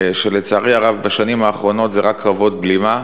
שלצערי הרב בשנים האחרונות זה רק קרבות בלימה,